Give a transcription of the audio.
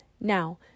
now